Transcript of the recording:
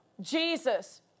Jesus